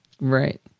Right